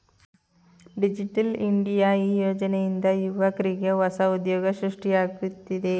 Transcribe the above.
digital India ಈ ಯೋಜನೆಯಿಂದ ಯುವಕ್ರಿಗೆ ಹೊಸ ಉದ್ಯೋಗ ಸೃಷ್ಟಿಯಾಗುತ್ತಿದೆ